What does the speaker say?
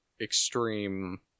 extreme